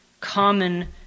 common